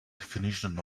definition